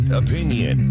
opinion